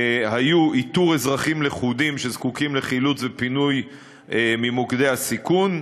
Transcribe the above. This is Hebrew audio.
היו איתור אזרחים לכודים שזקוקים לחילוץ ופינוי ממוקדי הסיכון,